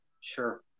Sure